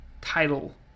title